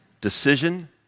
decision